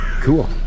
Cool